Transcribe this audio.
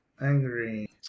Angry